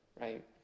right